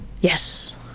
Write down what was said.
Yes